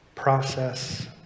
process